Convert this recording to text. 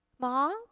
mom